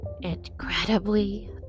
Incredibly